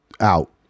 out